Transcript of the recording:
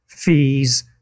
fees